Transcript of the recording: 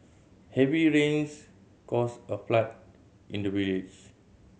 heavy rains caused a flood in the village